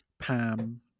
Pam